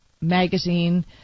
magazine